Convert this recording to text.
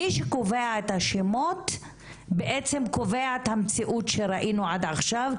מי שקובע את השמות בעצם קובע את המציאות שראינו עד עכשיו,